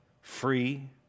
free